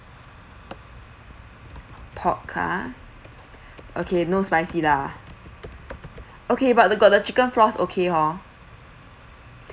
pork ah okay no spicy lah okay but the got the chicken floss okay hor